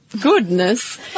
goodness